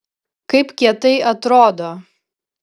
kaip kietai atrodo